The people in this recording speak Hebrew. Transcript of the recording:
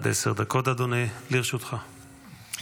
וכעת נעבור לנושא הראשון שעל